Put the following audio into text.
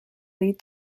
lead